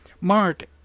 Mark